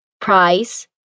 price